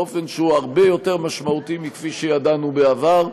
באופן שהוא הרבה יותר משמעותי מכפי שידענו בעבר.